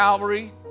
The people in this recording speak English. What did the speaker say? Calvary